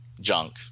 junk